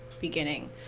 beginning